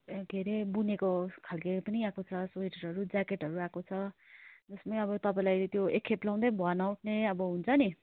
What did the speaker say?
के अरे बुनेको खाले पनि आएको छ स्वेटरहरू ज्याकेटहरू आएको छ त्यसमा तपाईँलाई त्यो एक खेप लगाउँदै भुवा न उठ्ने अब हुन्छ नि